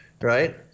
Right